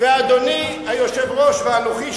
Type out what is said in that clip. אדוני היושב-ראש ואנוכי,